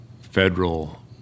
federal